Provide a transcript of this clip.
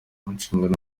inshingano